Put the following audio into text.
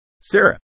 Sarah